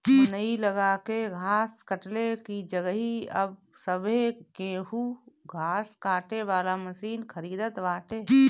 मनई लगा के घास कटले की जगही अब सभे केहू घास काटे वाला मशीन खरीदत बाटे